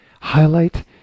Highlight